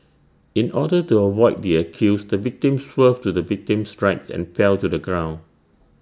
in order to avoid the accused the victim swerved to the victim's right and fell to the ground